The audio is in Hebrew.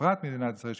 בפרט מדינת ישראל,